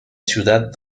ciudad